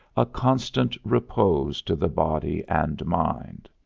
a constant repose to the body and mind.